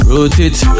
Rotate